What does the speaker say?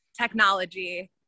technology